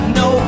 no